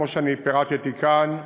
כמו שפירטתי כאן,